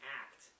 act